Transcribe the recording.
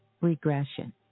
regression